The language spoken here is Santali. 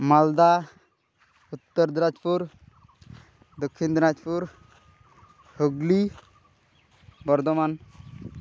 ᱢᱟᱞᱫᱟ ᱩᱛᱛᱚᱨ ᱫᱤᱱᱟᱡᱽᱯᱩᱨ ᱫᱚᱠᱠᱷᱤᱱ ᱫᱤᱱᱟᱡᱽᱯᱩᱨ ᱦᱩᱜᱽᱞᱤ ᱵᱚᱨᱫᱷᱚᱢᱟᱱ